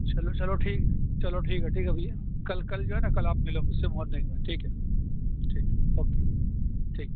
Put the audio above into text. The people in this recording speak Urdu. چلو چلو ٹھیک چلو ٹھیک ہے ٹھیک ہے بھیا کل کل جو ہے نا کل آپ مِلو مجھ سے مارنگ میں ٹھیک ہے ٹھیک اوکے ٹھیک